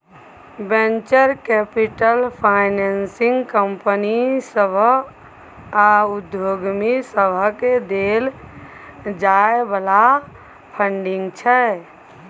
venture capital financing company सभ आ उद्यमी सबकेँ देल जाइ बला फंडिंग छै